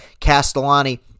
Castellani